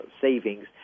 savings